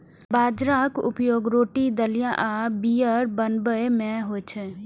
बाजराक उपयोग रोटी, दलिया आ बीयर बनाबै मे होइ छै